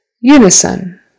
Unison